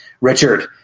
richard